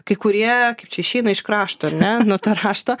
kai kurie kaip čia išeina iš krašto ar ne nuo to rašto